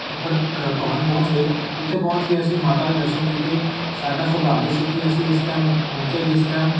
ਉੱਪਰ ਗ ਭਵਨ ਪਹੁੰਚ ਗਏ ਜਿੱਥੇ ਪਹੁੰਚ ਕੇ ਅਸੀਂ ਮਾਤਾ ਦੇ ਦਰਸ਼ਨ ਕੀਤੇ ਸਾਡਾ ਸੁਭਾਗ ਸੀ ਕਿ ਅਸੀਂ ਉਸ ਟਾਈਮ ਪਹੁੰਚੇ ਜਿਸ ਟਾਈਮ